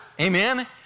Amen